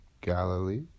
Galilee